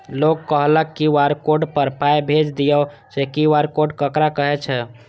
लोग कहलक QR code पर पाय भेज दियौ से क्यू.आर कोड ककरा कहै छै?